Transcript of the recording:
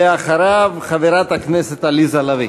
אחריו, חברת הכנסת עליזה לביא.